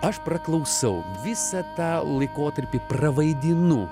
aš praklausau visą tą laikotarpį pravaidinu